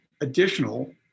additional